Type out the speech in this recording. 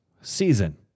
season